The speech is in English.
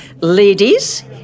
Ladies